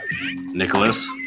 Nicholas